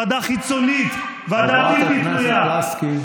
ועדה חיצונית, ועדה בלתי תלויה, חברת הכנסת לסקי.